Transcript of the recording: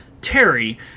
Terry